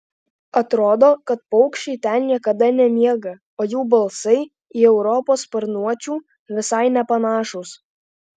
atrodo kad paukščiai ten niekada nemiega o jų balsai į europos sparnuočių visai nepanašūs